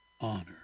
honor